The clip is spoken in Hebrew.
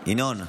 ינון,